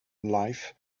life